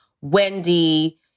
Wendy